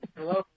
Hello